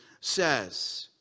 says